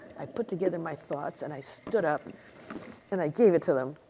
i put together my thoughts and i stood up and i gave it to them.